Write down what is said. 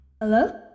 Hello